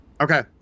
Okay